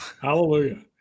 Hallelujah